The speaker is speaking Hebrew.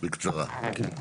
בקצרה.